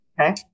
Okay